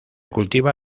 cultiva